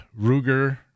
Ruger